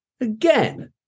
again